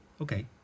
Okay